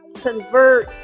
convert